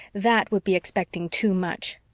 that would be expecting too much.